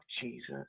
Jesus